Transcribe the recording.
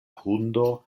hundo